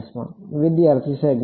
વિદ્યાર્થી સેગમેન્ટ